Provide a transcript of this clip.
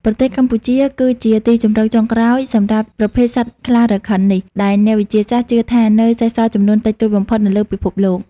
ប្រទេសកម្ពុជា គឺជាទីជម្រកចុងក្រោយសម្រាប់ប្រភេទសត្វខ្លារខិននេះ ដែលអ្នកវិទ្យាសាស្ត្រជឿថានៅសេសសល់ចំនួនតិចតួចបំផុតនៅលើពិភពលោក។